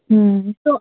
হুম তো